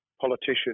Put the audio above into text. politician